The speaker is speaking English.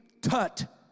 tut